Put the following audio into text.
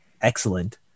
excellent